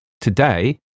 Today